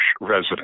resident